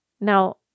Now